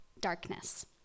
darkness